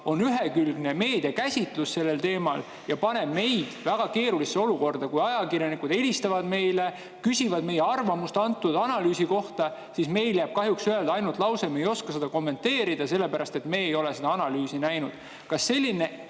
ühekülgse meediakäsitluse sellel teemal ja paneb meid väga keerulisse olukorda. Kui ajakirjanikud helistavad meile ja küsivad meie arvamust antud analüüsi kohta, siis meil jääb kahjuks üle öelda ainult lause: "Me ei oska seda kommenteerida, sellepärast et me ei ole seda analüüsi näinud." Kas selline